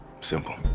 Simple